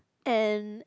and